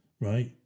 right